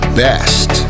best